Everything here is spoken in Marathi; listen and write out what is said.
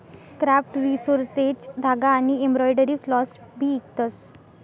क्राफ्ट रिसोर्सेज धागा आनी एम्ब्रॉयडरी फ्लॉस भी इकतस